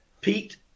Pete